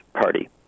party